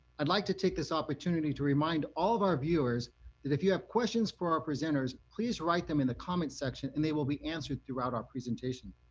i'd like to take this opportunity to remind all of our viewers that if you have questions for our presenters, please write them in the comment section, and they will be answered throughout our presentation.